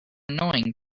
annoying